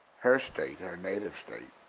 her state, her native state,